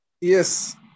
yes